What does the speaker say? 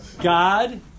God